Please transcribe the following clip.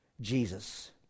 Jesus